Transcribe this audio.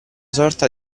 sorta